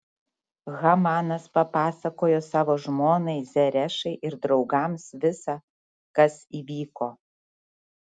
hamanas papasakojo savo žmonai zerešai ir draugams visa kas įvyko